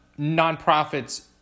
nonprofits